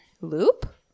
loop